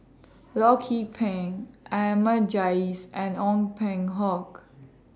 Loh Lik Peng Ahmad Jais and Ong Peng Hock